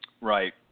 Right